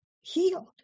healed